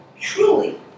truly